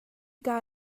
kaa